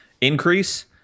increase